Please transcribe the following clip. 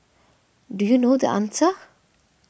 do you know the answer